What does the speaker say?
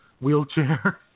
wheelchair